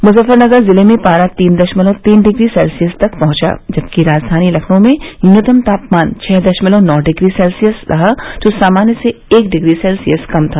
मुजफ्फरनगर जिले में पारा तीन दशमलव तीन डिग्री सेल्सियस तक पहुंचा जबकि राजधानी लखनऊ में न्यूनतम तापमान छः दशमलव नौ डिग्री सेल्सियस रहा जो सामान्य से एक डिग्री सेल्सियस कम था